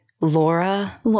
Laura